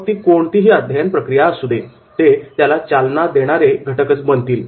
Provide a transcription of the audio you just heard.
मग ती कोणतीही अध्ययन प्रक्रिया असू दे ते त्याला चालना देणारे घटकच बनतील